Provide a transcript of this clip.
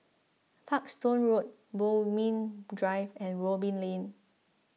Parkstone Road Bodmin Drive and Robin Lane